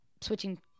switching